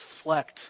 reflect